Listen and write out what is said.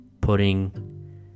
putting